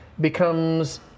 becomes